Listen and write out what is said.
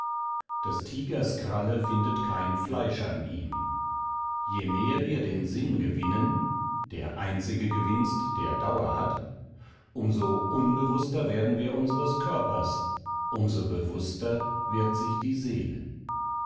des tigers kralle findet kein fleisch an ihm je mehr wir den sinn gewinnen der einzige gewinnst der dauer hat um so unbewußter werden wir unseres körpers um so bewußter wird sich die seele